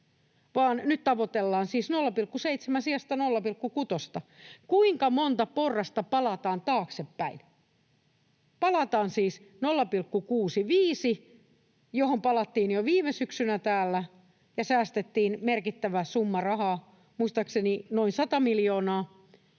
nyt tavoitellaan siis 0,7 sijasta 0,6:ta. Kuinka monta porrasta palataan taaksepäin? Palataan siis 0,65:een, johon palattiin jo viime syksynä täällä, ja säästettiin merkittävä summa rahaa, muistaakseni noin 100 miljoonaa.